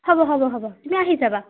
হ'ব হ'ব হ'ব তুমি আহি যাবা